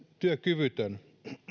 työkyvytön